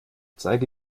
zeige